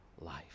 life